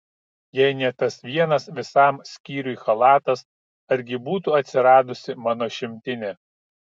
jei ne tas vienas visam skyriui chalatas argi būtų atsiradusi mano šimtinė